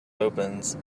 opens